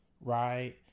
right